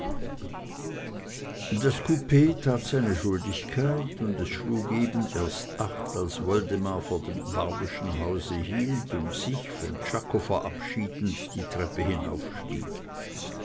das coup tat seine schuldigkeit und es schlug eben erst acht als woldemar vor dem barbyschen hause hielt und sich von czako verabschiedend die treppe